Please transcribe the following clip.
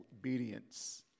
obedience